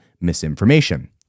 misinformation